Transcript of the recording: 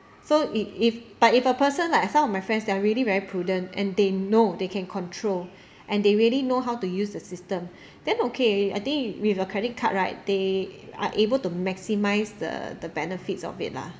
so if if but if a person like some of my friends that are really very prudent and they know they can control and they really know how to use the system then okay I think with a credit card right they are able to maximise the the benefits of it lah